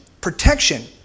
protection